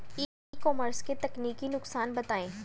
ई commerce के तकनीकी नुकसान बताएं?